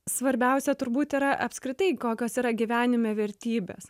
svarbiausia turbūt yra apskritai kokios yra gyvenime vertybės